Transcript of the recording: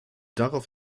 darauf